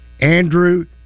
Andrew